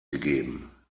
gegeben